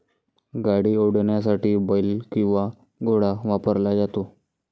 गाडी ओढण्यासाठी बेल किंवा घोडा वापरला जातो